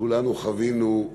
כולנו חווינו,